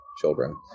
children